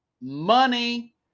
money